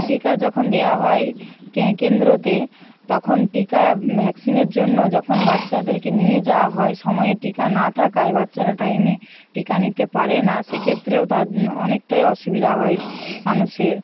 টিকা যখন দেওয়া হয় কেন্দ্রতে তখন টিকা ভ্যাক্সিনের জন্য যখন বাচ্চাদেরকে নিয়ে যাওয়া হয় সময়ে টিকা না থাকায় বাচ্চারা টাইমে টিকা নিতে পারে না সে ক্ষেত্রেও অনেকটাই অসুবিধা হয় মানুষের